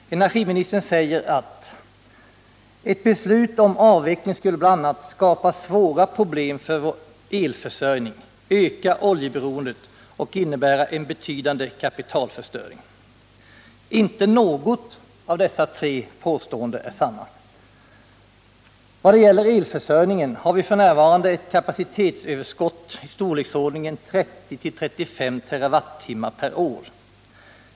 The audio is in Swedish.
Energiministern säger: ”Ett beslut om avveckling skulle bl.a. skapa svåra problem för vår elförsörjning, öka oljeberoendet och innebära en betydande kapitalförstöring.” Inte något av dessa tre påståenden är sant. Vad det gäller elförsörjningen har vi f. n. ett kapacitetsöverskott i storleksordningen 30-35 TWh/år.